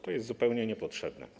To jest zupełnie niepotrzebne.